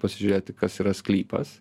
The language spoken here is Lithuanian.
pasižiūrėti kas yra sklypas